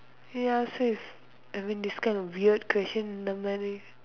ya safe I mean this kind of weird question not many